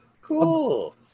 Cool